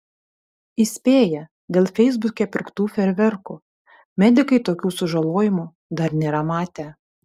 įspėja dėl feisbuke pirktų fejerverkų medikai tokių sužalojimų dar nėra matę